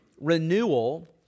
renewal